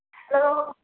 hello